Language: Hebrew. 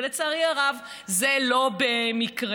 ולצערי הרב זה לא במקרה.